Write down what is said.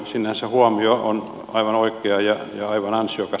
sinänsä huomio on aivan oikea ja aivan ansiokas